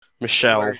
Michelle